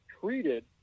treated